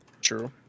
true